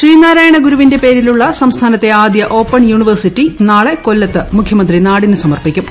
ശ്രീ നാരായണഗുരുവിന്റെ പേരിലുള്ള സംസ്ഥാനത്തെ ആദ്യ ഓപ്പൺ യൂണിവേഴ്സിറ്റി നാളെ കൊല്ലത്ത് മുഖ്യമന്ത്രി നാടിന് സമർപ്പിക്കും